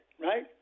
right